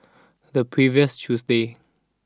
the previous Tuesday